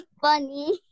funny